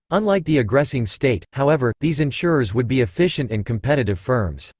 unlike the aggressing state, however, these insurers would be efficient and competitive firms.